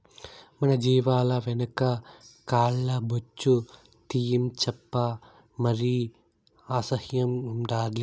మన జీవాల వెనక కాల్ల బొచ్చు తీయించప్పా మరి అసహ్యం ఉండాలి